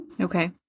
Okay